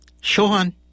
Sean